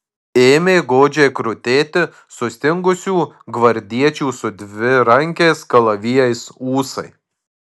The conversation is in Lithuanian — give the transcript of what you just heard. ėmė godžiai krutėti sustingusių gvardiečių su dvirankiais kalavijais ūsai